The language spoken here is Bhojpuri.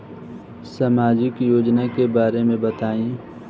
सामाजिक योजना के बारे में बताईं?